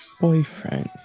boyfriend